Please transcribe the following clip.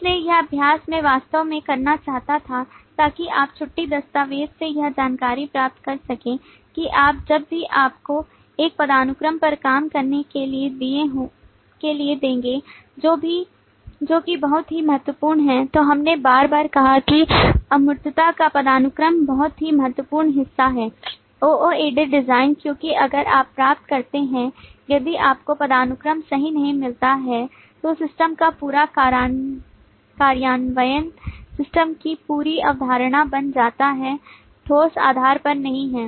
इसलिए यह अभ्यास मैं वास्तव में करना चाहता था ताकि आप छुट्टी दस्तावेज़ से यह जानकारी प्राप्त कर सकें कि आप जब भी आपको एक पदानुक्रम पर काम करने के लिए देंगे जो कि बहुत ही महत्वपूर्ण है तो हमने बार बार कहा है कि अमूर्तता का पदानुक्रम बहुत ही महत्वपूर्ण हिस्सा है OOAD डिज़ाइन क्योंकि अगर आप प्राप्त करते हैं यदि आपको पदानुक्रम सही नहीं मिलता है तो सिस्टम का पूरा कार्यान्वयन सिस्टम की पूरी अवधारणा बन जाता है ठोस आधार पर नहीं है